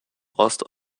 ost